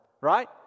right